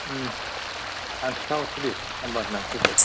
आं खिथाहरसै दे नाम्बार गोनांफोरखौ